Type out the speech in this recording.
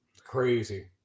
Crazy